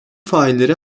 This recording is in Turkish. failleri